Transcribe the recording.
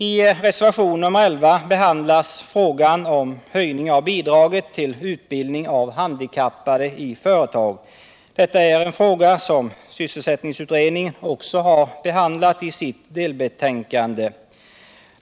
I reservationen 11 behandlas frågan om höjning av bidraget till utbildning av handikappade i företag. Detta är en fråga som sysselsättningsutredningen också har behandlat i sitt delbetänkande.